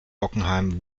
bockenheim